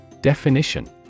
Definition